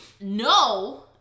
No